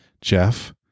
Jeff